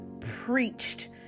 preached